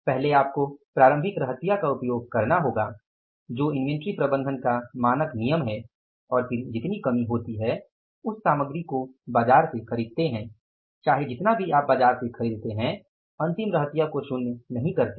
पहले आपको प्रारंभिक रहतिया का उपयोग करना होगा जो इन्वेंट्री प्रबंधन का मानक नियम है और फिर जितनी कमी होती है उस सामग्री को बाज़ार से खरीदते है और चाहे जितना भी आप बाजार से खरीदते है अंतिम रहतिया को शून्य नहीं करते है